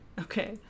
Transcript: Okay